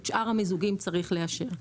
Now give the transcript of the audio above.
את שאר המיזוגים צריך לאשר.